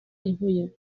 ivuye